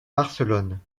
barcelone